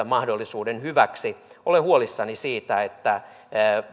mahdollisuuden hyväksi olen huolissani siitä että